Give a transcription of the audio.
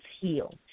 heal